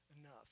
enough